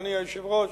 אדוני היושב-ראש,